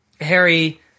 Harry